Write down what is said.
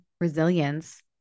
resilience